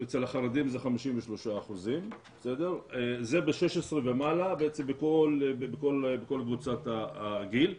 אצל החרדים זה 53%. זה מ-16 ומעלה בכל קבוצות הגיל.